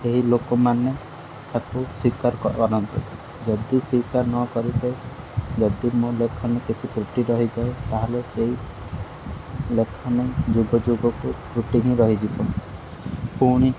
ଏହି ଲୋକମାନେ ତାକୁ ସ୍ୱୀକାର କରନ୍ତୁ ଯଦି ସ୍ୱୀକାର ନ କରିବେ ଯଦି ମୋ ଲେଖାରେ କିଛି ତ୍ରୁଟି ରହିଯାଏ ତାହେଲେ ସେଇ ଲେଖନୀ ଯୁଗ ଯୁଗକୁ ତ୍ରୁଟି ହିଁ ରହିଯିବ ପୁଣି